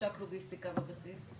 והמש"ק לוגיסטיקה בבסיס?